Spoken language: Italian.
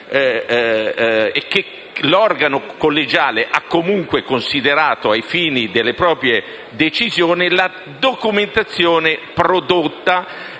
che l'organo collegiale ha comunque considerato, ai fini delle proprie decisioni. La documentazione prodotta